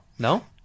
No